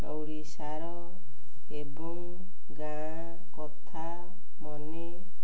ଓଡ଼ିଶାର ଏବଂ ଗାଁ କଥା ମନେ